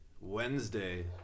wednesday